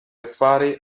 affari